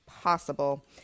possible